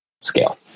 scale